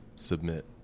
Submit